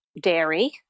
dairy